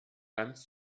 ganz